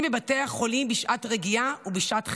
בבתי החולים בשעת רגיעה ובשעת חירום.